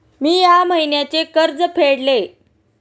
मी या महिन्याचे कर्ज फेडले